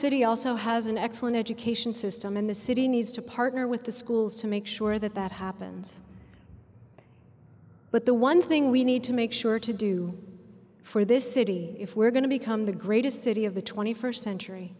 city also has an excellent education system and the city needs to partner with the schools to make sure that that happens but the one thing we need to make sure to do for this city if we're going to become the greatest city of the twenty first century